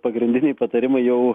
pagrindiniai patarimai jau